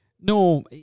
No